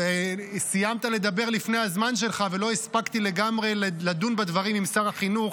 סיימת לדבר לפני הזמן שלך ולא הספקתי לגמרי לדון בדברים עם שר החינוך,